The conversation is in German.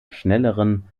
schnelleren